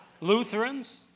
Lutherans